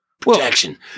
protection